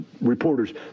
reporters